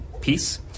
peace